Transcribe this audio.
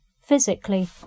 physically